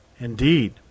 Indeed